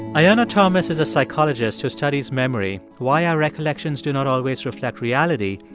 ayanna thomas is a psychologist who studies memory, why our recollections do not always reflect reality,